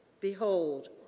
Behold